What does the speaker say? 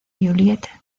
juliette